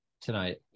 tonight